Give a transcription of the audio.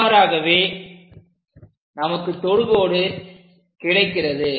இவ்வாறாகவே நமக்கு தொடுகோடு கிடைக்கிறது